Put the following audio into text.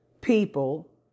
people